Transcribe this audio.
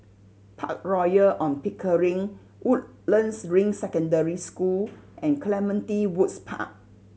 Park Royal On Pickering Woodlands Ring Secondary School and Clementi Woods Park